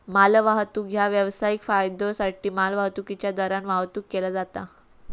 मालवाहतूक ह्या व्यावसायिक फायद्योसाठी मालवाहतुकीच्यो दरान वाहतुक केला जाता